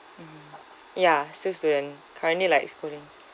mmhmm ya still student currently like schooling